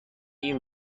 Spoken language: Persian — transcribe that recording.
این